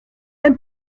même